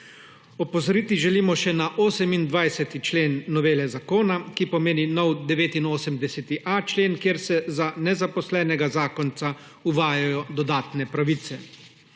Opozoriti želimo še na 28. člen novele zakona, ki pomeni nov89.a člen, kjer se za nezaposlenega zakonca uvajajo dodatne pravice.